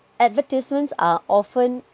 advertisements are often